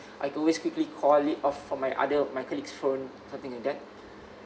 I can always quickly call it of from my other my colleague's phone something like that